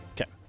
Okay